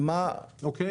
אוקיי?